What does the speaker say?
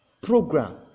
program